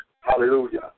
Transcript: Hallelujah